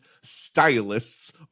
stylists